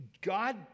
God